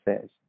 says